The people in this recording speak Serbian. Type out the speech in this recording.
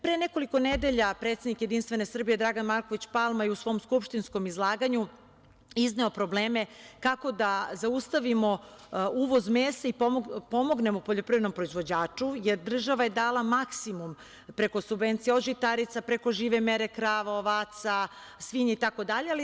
Pre nekoliko nedelja, predsednik JS, Dragan Marković Palma je u svom skupštinskom izlaganju izneo probleme kako da zaustavimo uvoz mesa i pomognemo poljoprivrednom proizvođaču jer država je dala maksimum preko subvencija od žitarica preko žive mere krava, ovaca, svinja i tako dalje.